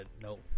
No